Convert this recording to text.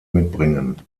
mitbringen